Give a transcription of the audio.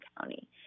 County